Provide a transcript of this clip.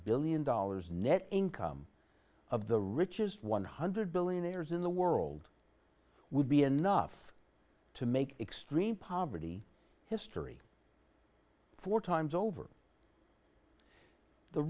billion dollars net income of the richest one hundred dollars billionaires in the world would be enough to make extreme poverty history four times over the